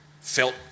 felt